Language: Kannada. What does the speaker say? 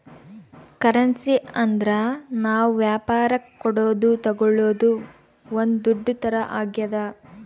ಕರೆನ್ಸಿ ಅಂದ್ರ ನಾವ್ ವ್ಯಾಪರಕ್ ಕೊಡೋದು ತಾಗೊಳೋದು ಒಂದ್ ದುಡ್ಡು ತರ ಆಗ್ಯಾದ